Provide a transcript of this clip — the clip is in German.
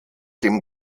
dem